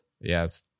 yes